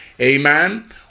Amen